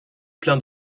pleins